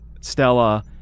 Stella